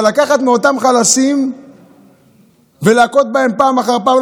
אבל לקחת מאותם חלשים ולהכות בהם פעם אחר פעם,